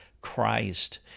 Christ